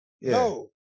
No